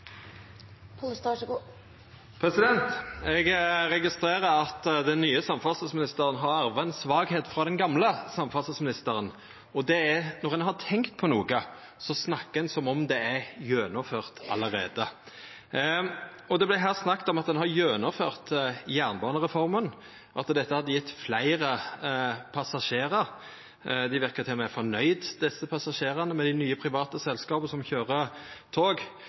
byane. Så skal vi fortsetje å jobbe med godsoverføring. Eg registrerer at den nye samferdselsministeren har arva ei svakheit av den gamle samferdselsministeren, og det er at når ein har tenkt på noko, snakkar ein som om det er gjennomført allereie. Det vart snakka her om at ein hadde gjennomført jernbanereforma, og at det hadde gjeve fleire passasjerar. Dei såg til og med ut til å vera fornøgde, desse passasjerane, med dei nye, private selskapa som